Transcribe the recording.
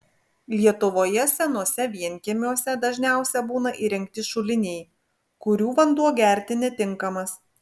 lietuvoje senuose vienkiemiuose dažniausia būna įrengti šuliniai kurių vanduo gerti netinkamas